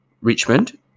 Richmond